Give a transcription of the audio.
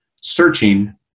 searching